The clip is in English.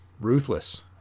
ruthless